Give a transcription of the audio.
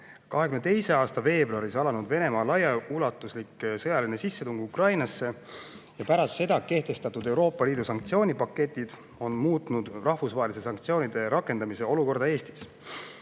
2022. aasta veebruaris alanud Venemaa laiaulatuslik sõjaline sissetung Ukrainasse ja pärast seda kehtestatud Euroopa Liidu sanktsioonipaketid on muutnud rahvusvaheliste sanktsioonide rakendamise olukorda Eestis.